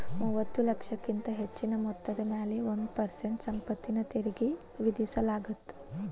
ಮೂವತ್ತ ಲಕ್ಷಕ್ಕಿಂತ ಹೆಚ್ಚಿನ ಮೊತ್ತದ ಮ್ಯಾಲೆ ಒಂದ್ ಪರ್ಸೆಂಟ್ ಸಂಪತ್ತಿನ ತೆರಿಗಿ ವಿಧಿಸಲಾಗತ್ತ